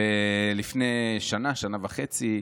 לפני שנה, שנה וחצי,